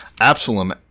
Absalom